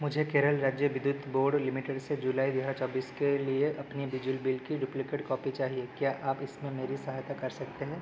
मुझे केरल राज्य विद्युत बोर्ड लिमिटेड से जुलाई दो हज़ार चौबीस के लिए अपने बिजली बिल की डुप्लिकेट कॉपी चाहिए क्या आप इसमें मेरी सहायता कर सकते हैं